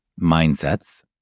mindsets